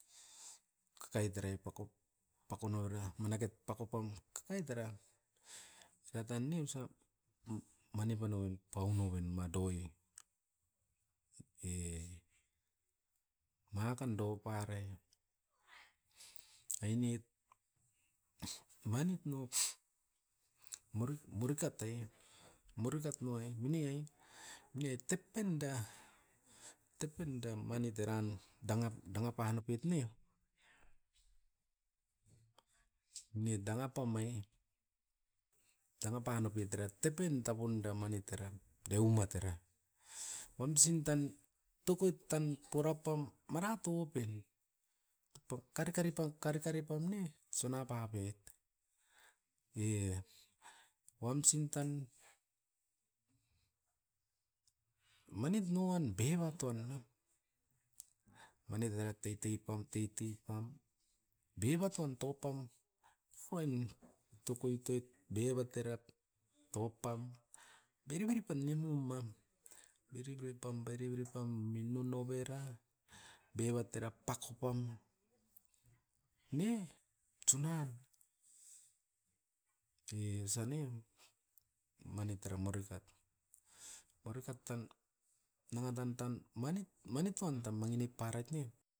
kakai tere pakop, pakonovera managet pako pam kakai tara era tan e usa mani panoi pau noven madoi, e. Mana tan dopo paraeit aineit, manit no morikat ae, morikat nuai muni ai nia tepen da, tepen da manit eran dangap, danga pan oupit ne. Ne danga pam ai, danga pan oupit era tepen tapun da manit eram deumat era. Uamsin tan, dukoit tan purapam mara toupen, tapap kari kari pam-kari kari pam ne, suna tapet e wamsin tan manit nuan bebaton nenam manit era teitei pam-teitei pam bebaton taupam mauain tokoitoit debat erat tauapam, bere bere pan nimum mam. Biribiri pam-biribiri pam minu novera, bebat era pakopam, ne tsunan. E sanim, manit era marikat. Marikat tan nanga dan tan, manit, manit tuan tan mangi nip parait ne.